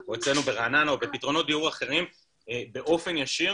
או אצלנו ברעננה או בפתרונות דיור אחרים באופן ישיר